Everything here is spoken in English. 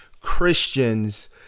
Christians